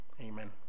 Amen